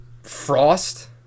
Frost